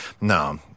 No